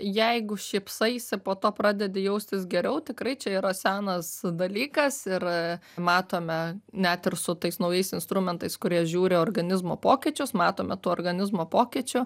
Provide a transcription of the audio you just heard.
jeigu šypsaisi po to pradedi jaustis geriau tikrai čia yra senas dalykas ir matome net ir su tais naujais instrumentais kurie žiūri organizmo pokyčius matome tų organizmo pokyčių